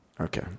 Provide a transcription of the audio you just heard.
Okay